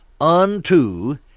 unto